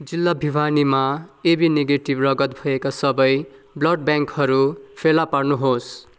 जिल्ला भिवानीमा A B negative रगत भएका सबै ब्लड ब्याङ्कहरू फेला पार्नुहोस्